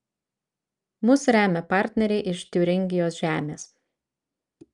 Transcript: mus remia partneriai iš tiuringijos žemės